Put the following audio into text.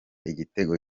igitego